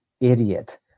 idiot